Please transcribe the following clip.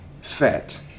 fat